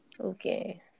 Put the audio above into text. Okay